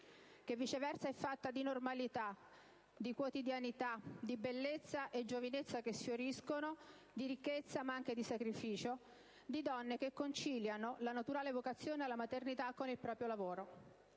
che viceversa è fatta di normalità, di quotidianità, di bellezza e giovinezza che sfioriscono, di ricchezza ma anche di sacrificio; di donne che conciliano la naturale vocazione alla maternità con il proprio lavoro.